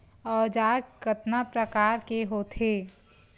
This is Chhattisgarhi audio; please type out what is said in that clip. औजार कतना प्रकार के होथे?